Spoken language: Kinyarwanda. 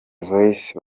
voice